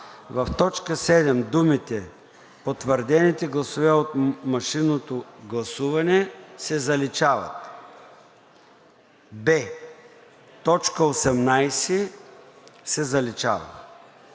в т. 7 думите „потвърдените гласове от машинното гласуване“ се заличават. б) т. 18 се заличава.“